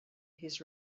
his